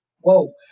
Whoa